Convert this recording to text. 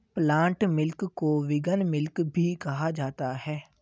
plant milk को vegan milk भी कहा जाता है